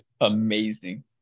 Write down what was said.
amazing